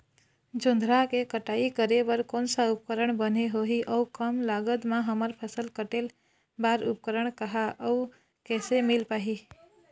जोंधरा के कटाई करें बर कोन सा उपकरण बने होही अऊ कम लागत मा हमर फसल कटेल बार उपकरण कहा अउ कैसे मील पाही?